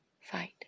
fight